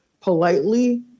politely